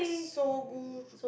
Sogu